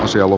jos joku